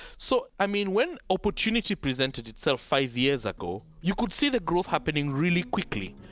so, i mean, when opportunity presented itself five years ago, you could see the growth happening really quickly,